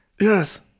Yes